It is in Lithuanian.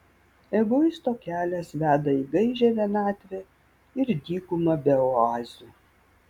egoisto kelias veda į gaižią vienatvę ir dykumą be oazių